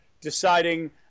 deciding